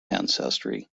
ancestry